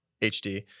hd